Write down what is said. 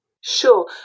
Sure